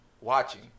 watching